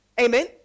Amen